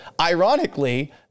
ironically